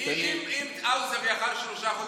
אם האוזר יכול שלושה חודשים,